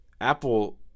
Apple